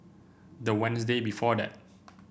the Wednesday before that